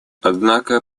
однако